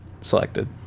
selected